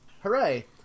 hooray